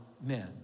men